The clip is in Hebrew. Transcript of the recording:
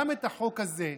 גם את החוק הזה,